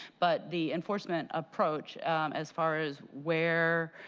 but the enforcement approach as far as where